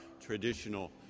traditional